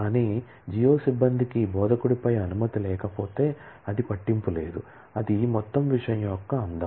కానీ జియో సిబ్బందికి బోధకుడిపై అనుమతి లేకపోతే అది పట్టింపు లేదు అది మొత్తం విషయం యొక్క అందం